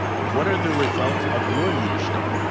what are the results of your leadership?